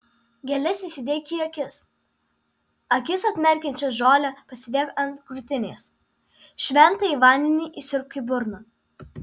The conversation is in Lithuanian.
gėles įsidėk į akis akis atmerkiančią žolę pasidėk ant krūtinės šventąjį vandenį įsiurbk į burną